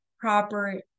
proper